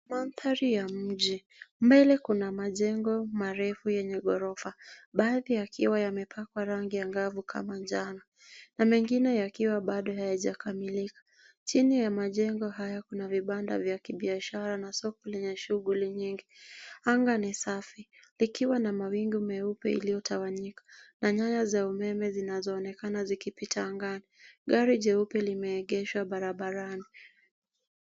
Mandhari ya mji. Mbele kuna majengo marefu yenye ghorofa. Baadhi yakiwa yamepakwa rangi angavu kama njano, na mengine yakiwa bado hayajakamilika. Chini ya majengo hayo kuna vibanda vya kibiashara na soko lenye shughuli nyingi. Anga ni safi likiwa na mawingu meupe iliotawanyika. Na nyaya za umeme zinazoonekana zikipita angani. Lori jeupe limeegeshwa barabarani.